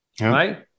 right